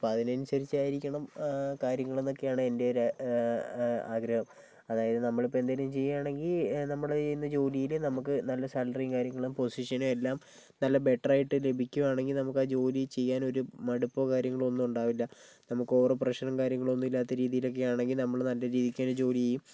അപ്പോൾ അതിനനുസരിച്ചായിരിക്കണം കാര്യങ്ങളെന്നൊക്കെയാണ് എൻ്റെ ഒരാ ആഗ്രഹം അതായത് നമ്മളിപ്പോൾ എന്തെങ്കിലും ചെയ്യുകയാണെങ്കിൽ നമ്മള് ചെയ്യുന്ന ജോലിയില് നമുക്ക് നല്ല സാലറിയും കാര്യങ്ങളും പൊസിഷനും എല്ലാം നല്ല ബെറ്ററായിട്ട് ലഭിക്കുകയാണെങ്കിൽ നമുക്കാ ജോലി ചെയ്യാൻ ഒരു മടുപ്പോ കാര്യങ്ങളോ ഒന്നും ഉണ്ടാവില്ല നമുക്കോവറ് പ്രഷറും കാര്യങ്ങളും ഒന്നും ഇല്ലാത്ത രീതിയിലൊക്കേ ആണെങ്കില് നമ്മള് നല്ല രീതിക്ക് തന്നേ ജോലി ചെയ്യും